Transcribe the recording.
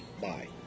Bye